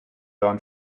learn